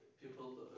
people